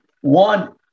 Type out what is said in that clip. one